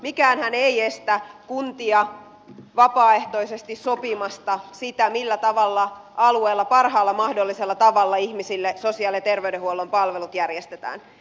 mikäänhän ei estä kuntia vapaaehtoisesti sopimasta siitä millä tavalla alueella parhaalla mahdollisella tavalla ihmisille sosiaali ja terveydenhuollon palvelut järjestetään